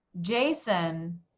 Jason